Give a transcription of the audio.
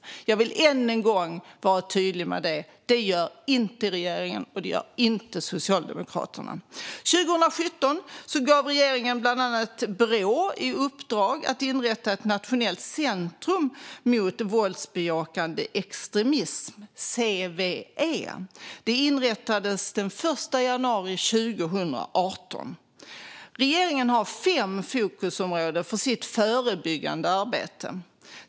För jag vill än en gång vara tydlig med detta: Det gör inte regeringen, och det gör inte Socialdemokraterna. År 2017 gav regeringen bland annat Brå i uppdrag att inrätta ett nationellt centrum mot våldsbejakande extremism, CVE. Det inrättades den 1 januari 2018. Regeringen har fem fokusområden för sitt förebyggande arbete.